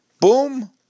Boom